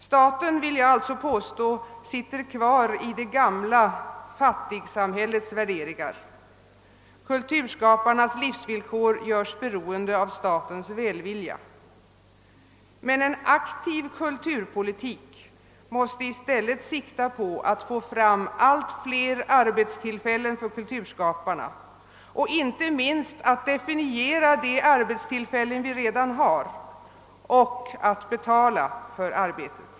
Staten sitter alltså kvar i det gamla samhällets, fattigsamhällets, värderingar. Kulturskaparnas livsvillkor görs beroende av statens välvilja. Men en aktiv kulturpolitik måste i stället sikta på att få fram allt fler arbetstillfällen för kulturskaparna, inte minst att definiera de arbetstillfällen som redan finns, och att betala för deras arbete.